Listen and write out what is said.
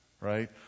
right